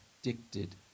addicted